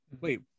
Wait